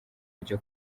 ryo